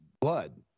blood